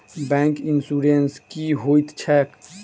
Bank insurance की होइत छैक?